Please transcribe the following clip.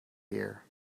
here